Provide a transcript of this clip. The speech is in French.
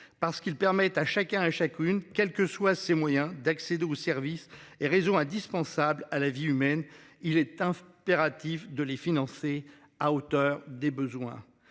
parce qu'ils permettent à chacun et chacune, quelles que soient ses moyens d'accéder aux services et réseaux indispensable à la vie humaine. Il est impératif de les financer à hauteur des besoins,